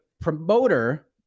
promoter